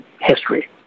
history